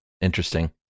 Interesting